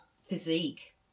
physique